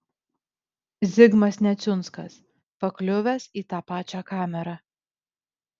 zigmas neciunskas pakliuvęs į tą pačią kamerą